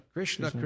Krishna